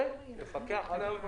כן, נפקח עליה.